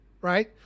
Right